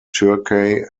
turkey